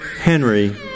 Henry